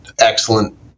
excellent